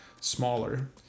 smaller